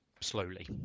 slowly